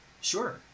Sure